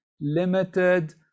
limited